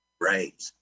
Right